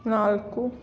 ನಾಲ್ಕು